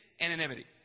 anonymity